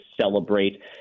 celebrate